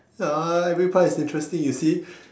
ya every part is interesting you see